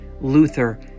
Luther